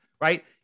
right